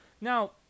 Now